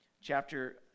Chapter